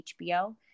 HBO